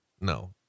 No